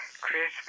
Christmas